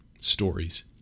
stories